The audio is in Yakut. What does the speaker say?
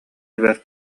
бэрт